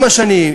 עם השנים,